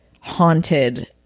haunted